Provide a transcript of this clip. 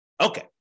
Okay